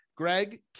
Greg